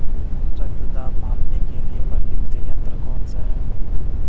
रक्त दाब मापने के लिए प्रयुक्त यंत्र कौन सा है?